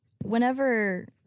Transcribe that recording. whenever